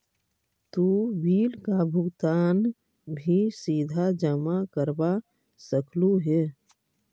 तु बिल का भुगतान भी सीधा जमा करवा सकलु हे